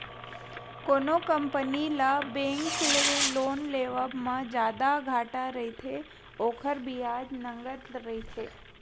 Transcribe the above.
कोनो कंपनी ल बेंक ले लोन लेवब म जादा घाटा रहिथे, ओखर बियाज नँगत रहिथे